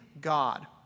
God